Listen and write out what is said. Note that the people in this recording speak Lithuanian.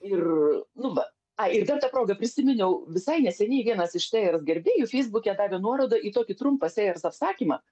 ir nu va a ir dar ta proga prisiminiau visai neseniai vienas iš sėjers gerbėjų feisbuke davė nuorodą į tokį trumpą apsakymą